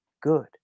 good